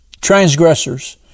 transgressors